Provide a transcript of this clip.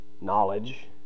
knowledge